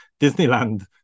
Disneyland